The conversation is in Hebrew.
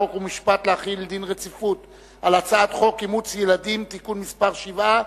חוק ומשפט להחיל דין רציפות על הצעת חוק אימוץ ילדים (תיקון מס' 7),